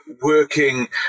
working